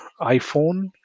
iPhone